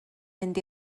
mynd